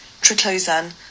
triclosan